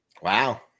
Wow